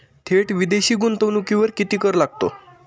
थेट विदेशी गुंतवणुकीवर किती कर लागतो?